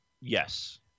Yes